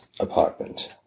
apartment